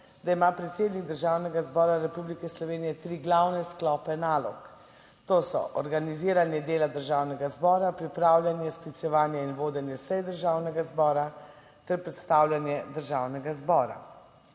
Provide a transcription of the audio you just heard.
da ima predsednik Državnega zbora Republike Slovenije tri glavne sklope nalog, to so organiziranje dela Državnega zbora, pripravljanje, sklicevanje in vodenje sej Državnega zbora ter predstavljanje Državnega zbora